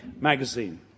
magazine